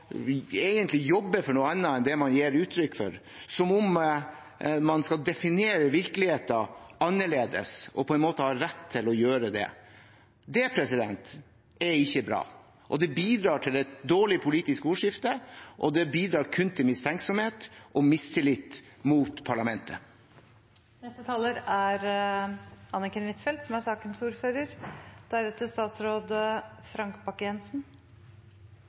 egentlig å jobbe for noe annet enn det man gir uttrykk for – som om man skal definere virkeligheten annerledes, og på en måte har rett til å gjøre det. Det er ikke bra. Det bidrar til et dårlig politisk ordskifte og kun til mistenksomhet og mistillit mot parlamentet. Det er vel ganske klart for alle de partiene som